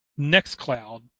NextCloud